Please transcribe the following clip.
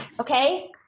Okay